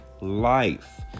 life